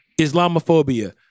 Islamophobia